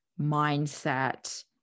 mindset